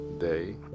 day